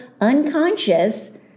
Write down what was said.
unconscious